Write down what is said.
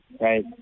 right